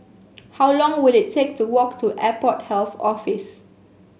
how long will it take to walk to Airport Health Office